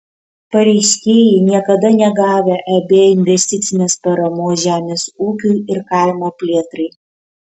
pareiškėjai niekada negavę eb investicinės paramos žemės ūkiui ir kaimo plėtrai